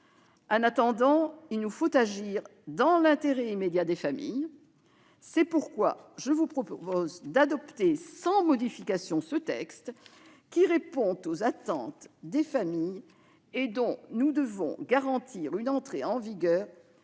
En attendant, il nous faut agir dans l'intérêt immédiat des familles. C'est pourquoi, mes chers collègues, je vous propose d'adopter sans modification ce texte, qui répond aux attentes des familles et dont nous devons garantir une entrée en vigueur